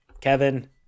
Kevin